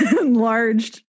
enlarged